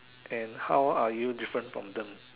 and how are you different from them